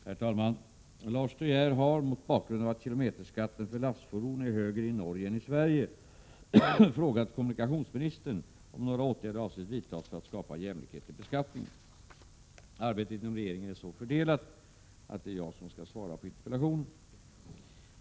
Herr talman! Lars De Geer har, mot bakgrund av att kilometerskatten för lastfordon är högre i Norge än i Sverige, frågat kommunikationsministern om några åtgärder avses vidtas för att skapa jämlikhet i beskattningen. Arbetet inom regeringen är så fördelat att det är jag som skall svara på interpellationen.